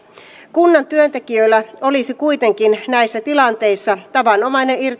kunnan työntekijöillä olisi kuitenkin näissä tilanteissa tavanomainen